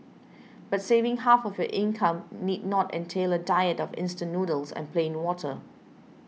but saving half of your income need not entail a diet of instant noodles and plain water